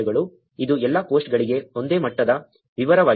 ಇದು ಎಲ್ಲಾ ಪೋಸ್ಟ್ಗಳಿಗೆ ಒಂದೇ ಮಟ್ಟದ ವಿವರವಾಗಿದೆ